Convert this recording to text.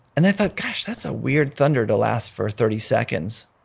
and i thought, gosh that's a weird thunder to last for thirty seconds.